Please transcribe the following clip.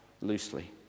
loosely